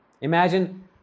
Imagine